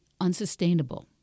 unsustainable